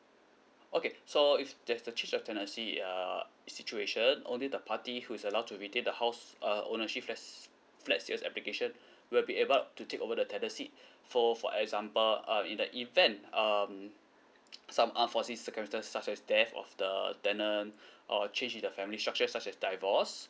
okay so if there's the change of tenancy uh situation only the party who is allowed to retain the house uh ownership application will be able to take over the tenancy for for example um in the event um some unforeseen circumstances such as death of the tenant or change in the family structure such as divorce